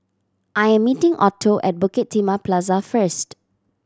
I am meeting Otto at Bukit Timah Plaza first